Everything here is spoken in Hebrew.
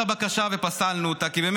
הבקשה לפסילתה ביחד